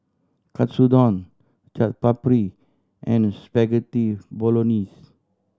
Katsudon Chaat Papri and Spaghetti Bolognese